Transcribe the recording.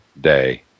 day